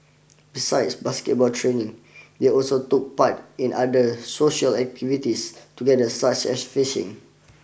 besides basketball training they also took part in other social activities together such as fishing